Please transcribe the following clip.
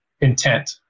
intent